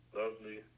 lovely